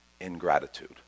ingratitude